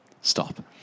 Stop